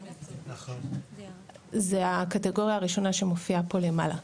זה הקטגוריה שמופיעה פה למעלה,